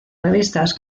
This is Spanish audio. revistas